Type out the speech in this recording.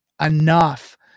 enough